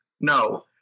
No